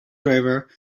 driver